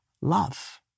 Love